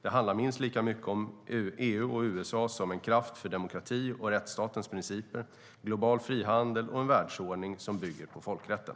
Det handlar minst lika mycket om EU och USA som en kraft för demokrati och rättsstatens principer, global frihandel och en världsordning som bygger på folkrätten.